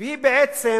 והיא בעצם